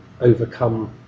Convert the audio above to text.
overcome